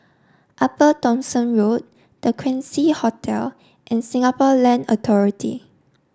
Upper Thomson Road The Quincy Hotel and Singapore Land Authority